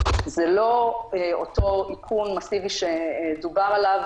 זה לא אותו איכון מסיבי שדובר עליו.